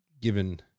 given